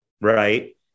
right